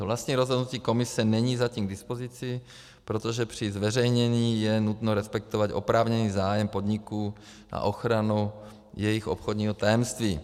Vlastní rozhodnutí Komise není zatím k dispozici, protože při zveřejnění je nutno respektovat oprávněný zájem podniku a ochranu jejich obchodního tajemství.